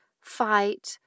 fight